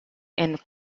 and